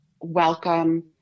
welcome